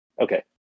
Okay